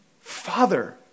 father